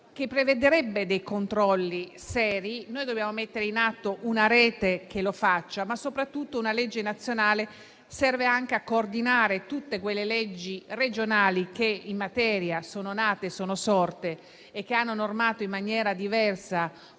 che prevedrebbe dei controlli seri. Dobbiamo mettere in atto una rete che faccia questo, ma soprattutto serve una legge nazionale per coordinare tutte quelle leggi regionali che in materia sono nate e che hanno normato in maniera diversa